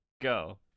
go